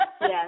Yes